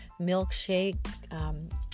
milkshake